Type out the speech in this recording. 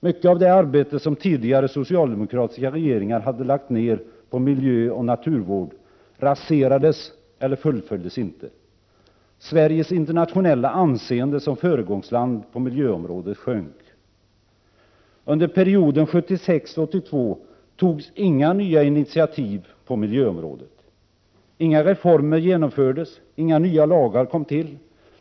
Mycket av det arbete som tidigare socialdemokratiska regeringar hade lagt ner på miljöoch naturvård raserades eller fullföljdes inte. Sveriges internationella anseende som föregångsland på miljöområdet sjönk. Under perioden 1976-1982 togs inga nya initiativ på miljöområdet. Inga reformer genomfördes, inga nya lagar kom till.